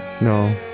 no